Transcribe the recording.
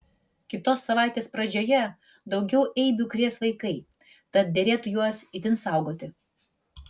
kitos savaitės pradžioje daugiau eibių krės vaikai tad derėtų juos itin saugoti